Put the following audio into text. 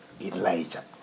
Elijah